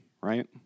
right